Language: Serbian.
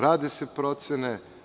Rade se procene.